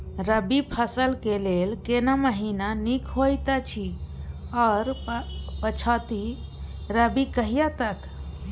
रबी फसल के लेल केना महीना नीक होयत अछि आर पछाति रबी कहिया तक?